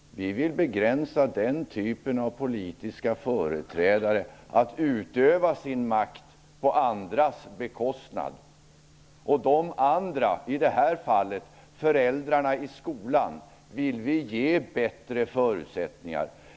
Vi vill begränsa den typen av politiska företrädare som utövar sin makt på andras bekostnad. De andra, i det här fallet föräldrarna i skolan, vill vi ge bättre förutsättningar.